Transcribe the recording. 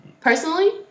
Personally